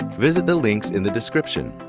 visit the links in the description.